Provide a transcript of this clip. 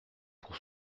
pour